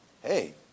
hey